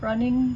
running